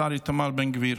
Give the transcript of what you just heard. השר איתמר בן גביר.